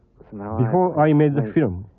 before i made the film,